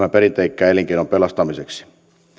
perinteikkään elinkeinon pelastamiseksi